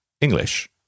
English